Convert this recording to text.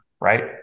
right